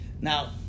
Now